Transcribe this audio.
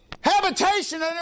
habitation